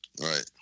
Right